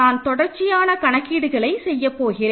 நான் தொடர்ச்சியான கணக்கீடுகளை செய்யப் போகிறேன்